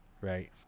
right